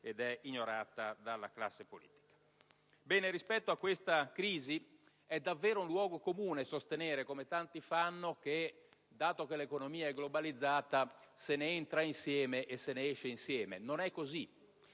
dai *media* e dalla classe politica. Ebbene, rispetto a tale crisi è davvero un luogo comune sostenere, come tanti fanno, che dato che l'economia è globalizzata, se ne entra insieme e se ne esce insieme. Non è così.